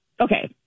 okay